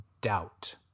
doubt